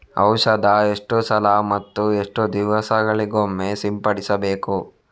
ಔಷಧ ಎಷ್ಟು ಸಲ ಮತ್ತು ಎಷ್ಟು ದಿವಸಗಳಿಗೊಮ್ಮೆ ಸಿಂಪಡಿಸಬೇಕು?